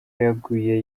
yaguye